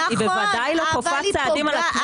היא בוודאי לא כופה צעדים על הכנסת בשום צורה.